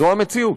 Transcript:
זו המציאות.